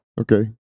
Okay